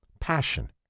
passion